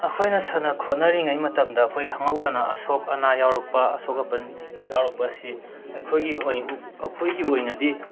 ꯑꯩꯈꯣꯏꯅ ꯁꯥꯅ ꯈꯣꯠꯅꯔꯤꯉꯩ ꯃꯇꯝꯗ ꯑꯩꯈꯣꯏ ꯈꯪꯍꯧꯗꯅ ꯑꯁꯣꯛ ꯑꯅꯥ ꯌꯥꯎꯔꯛꯄ ꯑꯁꯣꯛ ꯑꯄꯟ ꯌꯥꯎꯔꯛꯄ ꯑꯁꯤ ꯑꯩꯈꯣꯏꯒꯤ ꯑꯣꯏ ꯑꯩꯈꯣꯏꯒꯤ ꯑꯣꯏꯅꯗꯤ